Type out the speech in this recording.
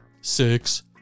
Six